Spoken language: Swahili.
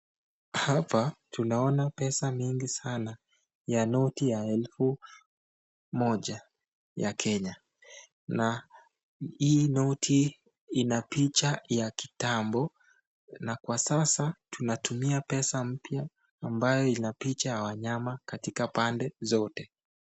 Hapa tunaona pesa mingi sana ya noti ya elfu moja ya kenya, na hii noti ina picha ya kitambo na kwa sasa tunatumia pesa mpya ambayo ina picha ya wanyama katika pande zote.